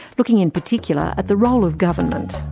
looking in particular at the role of government.